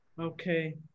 Okay